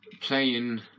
playing